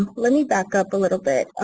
um let me back up a little bit.